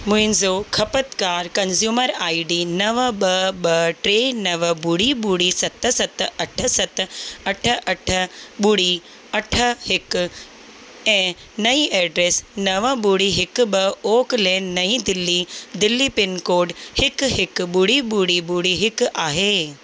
मुंहिंजो ख़पतकार consumer I D नव ॿ ॿ टे नव ॿुड़ी ॿुड़ी सत सत अठ सत अठ अठ ॿुड़ी अठ हिकु ऐं नई एड्रेस नव ॿुड़ी हिकु ॿ oak lane New Delhi Delhi pin code हिकु हिकु ॿुड़ी ॿुड़ी ॿुड़ी हिकु आहे